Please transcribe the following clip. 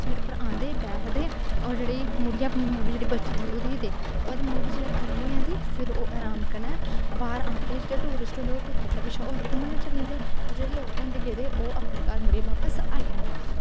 seat उप्पर औंदे बैठदे ओह् मुड़ियां जेह्ड़ी मूवी बची दी होंदी ओह् दिखदे और मूवी जिसलै खत्म होई जंदी फिर ओह् अराम कन्नै बाह्र औंदे जेह्ड़े टूरिस्ट होंदे ओह् अग्गें पिच्छें कुतै होर घूमन चली जंदे जेह्ड़े लोग होंदे गेदे ओह् अपने घर मुड़ियै बापस आई जंदे